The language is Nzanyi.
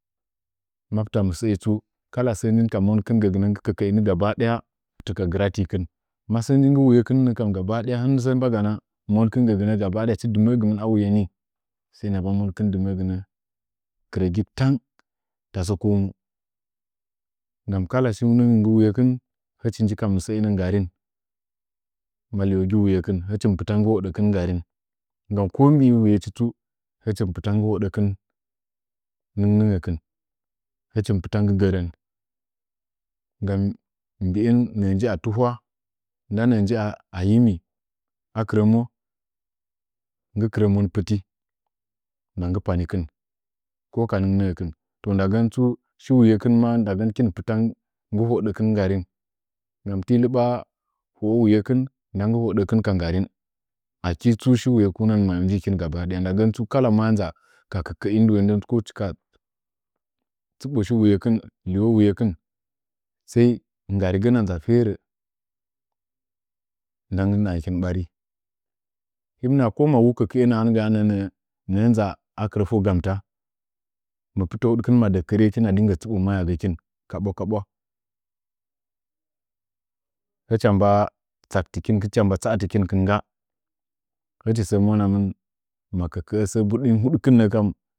Ma fɨtəa musəri tsu kala səə njin ka gəkɨndɨ bundɨ kəka kɨkəi gabadaya fɨtə ka giratikɨn, masə ny. Nggɨwuyebin nəkami gabadaya hɨnsəə mbagana monkin nəkam gabada achi dɨnəəgɨmin awuye ni mbagɨna monkin dɨməəgɨnə krəgi tang tasə komu nggam kala shinəngən nggɨwuyeki hɨchi nji ka mɨsəəinə nggarin ma liwo ggɨwuyekɨn hɨchin pɨta mggɨ hodəkin nggarim, shinouyedu tsu hɨchi mɨpɨta nggɨ hodəkin nɨngnɨngəkɨm, luichi mɨ pɨta nggɨ gərən ngan mbuin nəə nji a tihwa nda nəə nyi a yimi akɨrəmo- nggɨ korəmon pɨtinda nggɨ panikɨn ko ka nɨngringəkan to ndən tsu dagən shiwuyekɨn mau ndagən hɨkin mi pɨta nggɨ hodəkɔn gabadaya, nggam ti lɨɓa hoə wuyekin nda nggɨ hodəkɨn ka nggari, aki tsu shiwuyokinəngən maa njikin gabadaya ndagən tsu kala manz’a ka kɨkəi liwongən ko hichi ka tsiɓo shiwuyekin liwo wuyekɨn sai nggarigənna nʒa fərə ndə nggɨ ndɨdangəkin hɨn naha ko wukəkəə nə’ə nʒa akɨrə foo gamra mɨpɨtə madəkəriye na tsuɓo mayagəkɨn kaɓwakaɓwa hidia tsa’atɨkin kiln ngga’a.